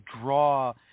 draw